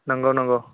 नोंगौ नोंगौ